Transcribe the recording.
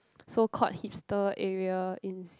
so called hipster area in